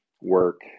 work